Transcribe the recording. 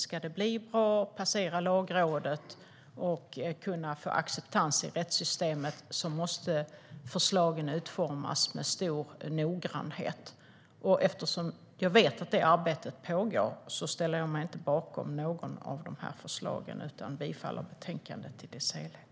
Ska de bli bra, passera Lagrådet och få acceptans i rättssystemet måste förslagen utformas med stor noggrannhet. Eftersom jag vet att det arbetet pågår ställer jag mig inte bakom något av de här förslagen utan yrkar bifall till förslaget i betänkandet i dess helhet.